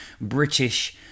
British